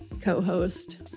co-host